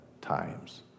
times